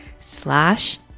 slash